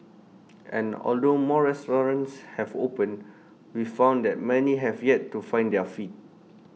and although more restaurants have opened we found that many have yet to find their feet